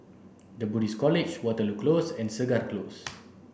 the Buddhist College Waterloo Close and Segar Close